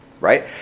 Right